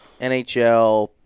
NHL